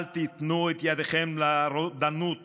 אל תיתנו את ידכם לרודנות